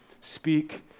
speak